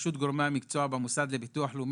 ברשות גורמי המקצוע במוסד לביטוח לאומי,